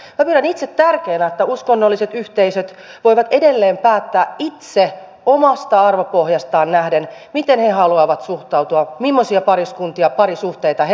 minä pidän itse tärkeänä että uskonnolliset yhteisöt voivat edelleen päättää itse omasta arvopohjastaan nähden miten he haluavat suhtautua mimmoisia pariskuntia ja parisuhteita he haluavat siunata